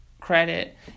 credit